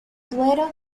duero